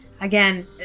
again